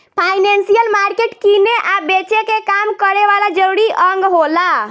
financial market किने आ बेचे के काम करे वाला जरूरी अंग होला